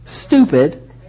stupid